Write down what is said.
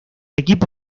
equipo